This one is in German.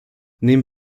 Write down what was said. nehmen